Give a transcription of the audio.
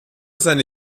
seine